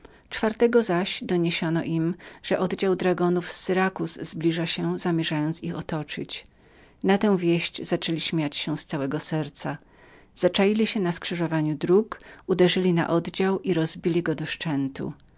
czwartego doniesiono im że oddział dragonów z syrakuzy zbliżał się w zamiarze ich otoczenia na tę wieść zaczęli śmiać się z całego serca zaczaili się w wąwozach uderzyli na oddział i rozbili go do